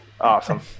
Awesome